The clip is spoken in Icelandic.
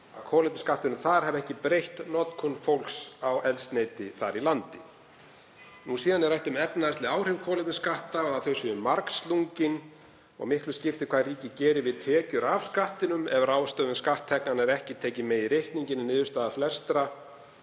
að kolefnisskatturinn hafi ekki breytt notkun fólks á eldsneyti þar í landi. Síðan er rætt um efnahagsleg áhrif kolefnisskatta, að þau séu margslungin og miklu skiptir hvað ríkið geri við tekjur af skattinum. Ef ráðstöfun skatttekna er ekki tekin með í reikninginn er niðurstaða flestra